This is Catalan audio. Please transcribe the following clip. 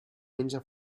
menja